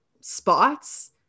spots